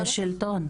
שלטון.